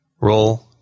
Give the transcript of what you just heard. Roll